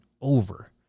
over